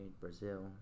Brazil